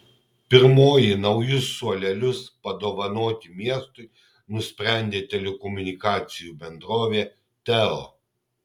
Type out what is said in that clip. pirmoji naujus suolelius padovanoti miestui nusprendė telekomunikacijų bendrovė teo